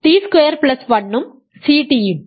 T square plus 1 ഉം CT ഉം